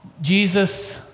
Jesus